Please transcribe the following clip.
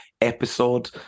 episode